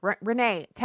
Renee